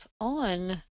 on